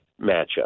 matchup